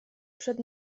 przed